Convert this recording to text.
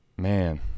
Man